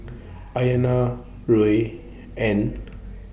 Ayanna Ruie and